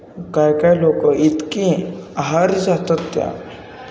काही काही लोकं इतके आहारी जातात त्या